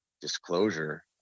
disclosure